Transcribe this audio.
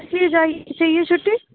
کس لیے چاہیے چھٹی